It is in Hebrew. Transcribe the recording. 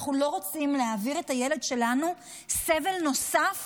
אנחנו לא רוצים להעביר את הילד שלנו סבל נוסף